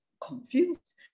confused